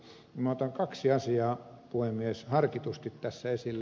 minä otan kaksi asiaa puhemies harkitusti tässä esille